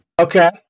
Okay